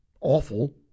awful